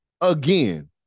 again